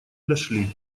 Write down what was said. дошли